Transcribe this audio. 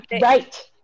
Right